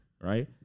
right